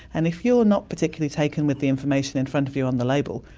and if you're not particularly taken with the information in front of you on the label,